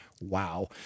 Wow